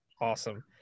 Awesome